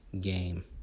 game